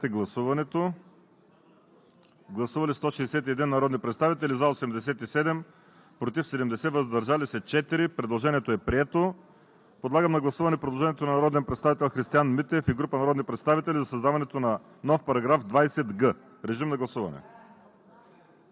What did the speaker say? § 20а. Гласували 166 народни представители: за 17, против 75, въздържали се 74. Предложението не е прието. Подлагам на гласуване предложението на народния представител Христиан Митев и група народни представители за създаването на § 20б, неприето от Комисията. Гласували